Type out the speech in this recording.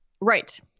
Right